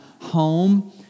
home